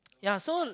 ya so